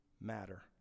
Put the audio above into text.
matter